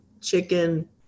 chicken